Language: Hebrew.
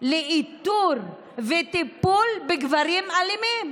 לאיתור וטיפול בגברים אלימים,